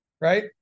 Right